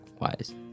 wise